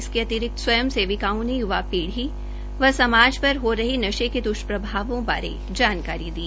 इसके अतिरिक्त स्वयंसेविकाओं ने युवा पीढ़ी व समाज पर हो रहे नशे के द्ष्प्रभावों बारे जानकारी दी